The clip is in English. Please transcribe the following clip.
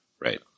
Right